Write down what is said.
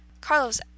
carlos